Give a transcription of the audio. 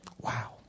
Wow